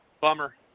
Bummer